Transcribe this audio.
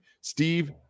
steve